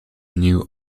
new